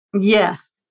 Yes